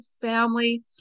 family